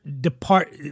depart